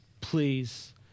please